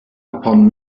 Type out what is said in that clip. upon